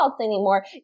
anymore